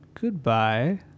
Goodbye